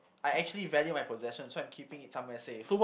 I actually value my possession so I'm keeping it somewhere safe